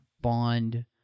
bond